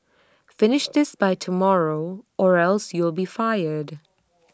finish this by tomorrow or else you'll be fired